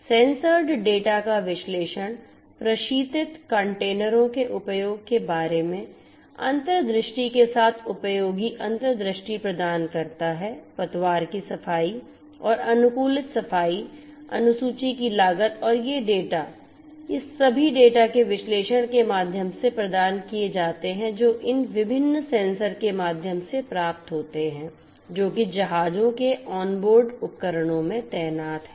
censored data का विश्लेषण प्रशीतित कंटेनरों के उपयोग के बारे में अंतर्दृष्टि के साथ उपयोगी अंतर्दृष्टि प्रदान करता है पतवार की सफाई और अनुकूलित सफाई अनुसूची की लागत और ये डेटा ये सभी डेटा के विश्लेषण के माध्यम से प्रदान किए जाते हैं जो इन विभिन्न सेंसर के माध्यम से प्राप्त होते हैं जो कि जहाजों के ऑनबोर्ड उपकरणों में तैनात हैं